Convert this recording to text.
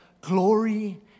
glory